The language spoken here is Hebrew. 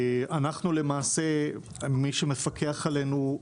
למעשה מי שמפקח עלינו,